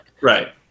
Right